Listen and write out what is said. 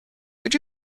could